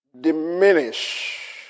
diminish